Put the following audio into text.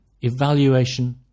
evaluation